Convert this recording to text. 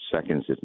seconds